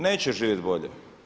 Neće živjeti bolje.